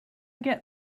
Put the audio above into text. get